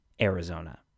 Arizona